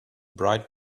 bright